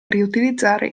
riutilizzare